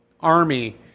army